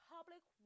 Public